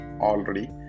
already